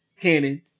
Cannon